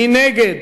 מי נגד?